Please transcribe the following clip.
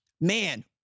man